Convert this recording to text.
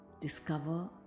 discover